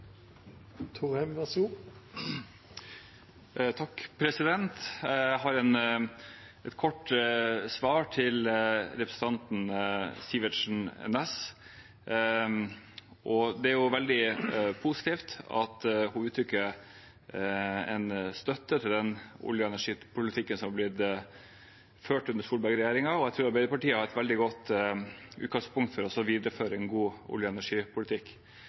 har et kort svar til representanten Sivertsen Næss. Det er veldig positivt at hun uttrykker en støtte til den olje- og energipolitikken som er blitt ført under Solberg-regjeringen, og jeg tror Arbeiderpartiet har et veldig godt utgangspunkt for å videreføre en god olje- og energipolitikk.